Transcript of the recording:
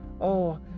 Oh